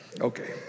okay